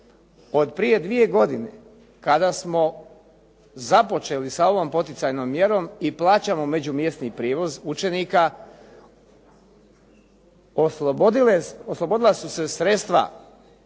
od prije dvije godine kada smo započeli sa ovom poticajnom mjerom i plaćamo međumjesni prijevoz učenika oslobodila su se sredstva